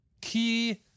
key